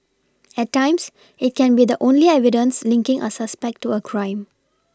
at times it can be the only evidence linking a suspect to a crime